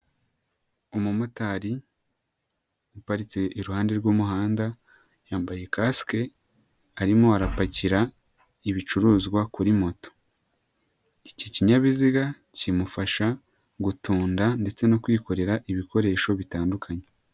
Umumotari aparitse iruhande rw'umuhanda yambaye kasike arimo arapakira ibicuruzwa kuri moto, iki kinyabiziga kimufasha gutunda ndetse no kwikorera ibikoresho bitandukanye.